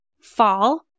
Fall